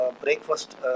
breakfast